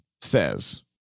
says